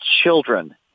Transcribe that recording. children